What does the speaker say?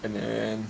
and then